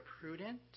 prudent